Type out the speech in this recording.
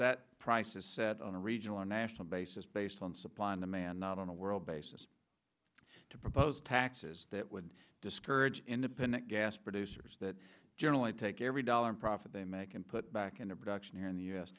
that price is set on a regional or national basis based on supply and demand not on a world basis to propose taxes that would discourage independent gas producers that generally take every dollar profit they make and put back into production here in the u